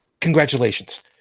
congratulations